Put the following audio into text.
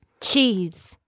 Cheese